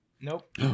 Nope